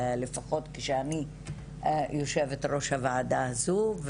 לפחות כשאני יושבת ראש הוועדה הזו,